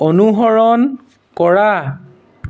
অনুসৰণ কৰা